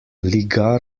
ligar